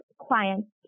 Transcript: clients